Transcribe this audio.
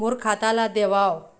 मोर खाता ला देवाव?